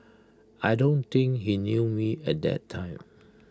I don't think he knew me at that time